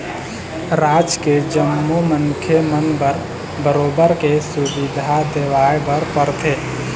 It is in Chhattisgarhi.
राज के जम्मो मनखे मन बर बरोबर के सुबिधा देवाय बर परथे